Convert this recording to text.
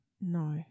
No